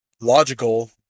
logical